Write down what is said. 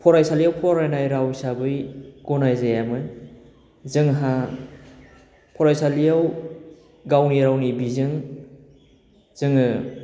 फरायसालियाव फरायनाय राव हिसाबै गनायजायामोन जोंहा फरायसालियाव गावनि रावनि बिजों जोङो